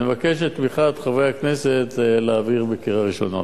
אני מבקש את תמיכת חברי הכנסת להעביר בקריאה ראשונה.